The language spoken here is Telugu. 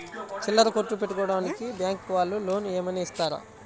చిల్లర కొట్టు పెట్టుకోడానికి బ్యాంకు వాళ్ళు లోన్ ఏమైనా ఇస్తారా?